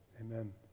Amen